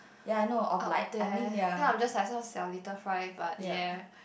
up there then I'm just like some 小: xiao little fry but ya